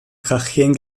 tracheen